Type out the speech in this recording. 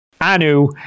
Anu